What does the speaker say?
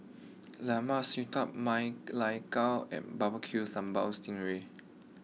Lemak Siput Ma Lai Gao and barbecue Sambal Sting Ray